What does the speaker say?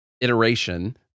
iteration